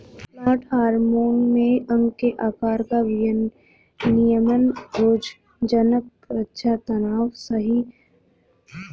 plant hormone में अंग के आकार का विनियमन रोगज़नक़ रक्षा तनाव सहिष्णुता शामिल है